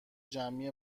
جمعی